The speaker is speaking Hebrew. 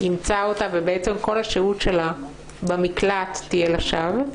ימצא אותה ואז כל השהות שלה במקלט תהיה לשווא.